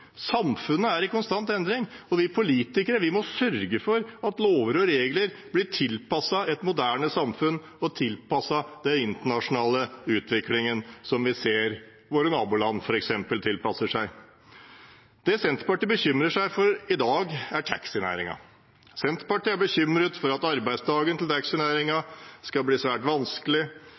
samfunnet er i konstant endring. Og vi politikere må sørge for at lover og regler blir tilpasset et moderne samfunn og tilpasset den internasjonale utviklingen som vi ser at våre naboland f.eks. tilpasser seg. Det Senterpartiet bekymrer seg for i dag, er taxinæringen. Senterpartiet er bekymret for at arbeidsdagen til taxinæringen skal bli svært vanskelig,